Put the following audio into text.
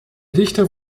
dichter